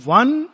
one